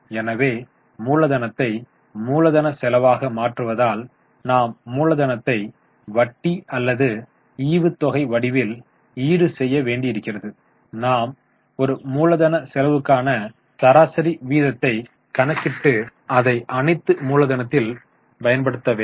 எனவே மூலதனத்தை மூலதனச் செலவாக மாற்றுவதால் நாம் மூலதனத்தை வட்டி அல்லது ஈவுத்தொகை வடிவில் ஈடு செய்ய வேண்டி இருக்கிறது நாம் ஒரு மூலதன செலவுக்கான சராசரி வீதத்தைக் கணக்கிட்டு அதை அனைத்து மூலதனத்தில் பயன்படுத்த வேண்டும்